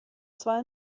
zwar